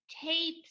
tapes